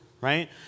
right